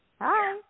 Hi